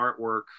artwork